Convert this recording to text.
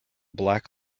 black